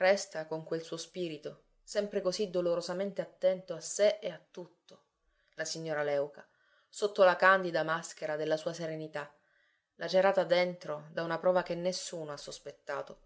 resta con quel suo spirito sempre così dolorosamente attento a sé e a tutto la signora léuca sotto la candida maschera della sua serenità lacerata dentro da una prova che nessuno ha sospettato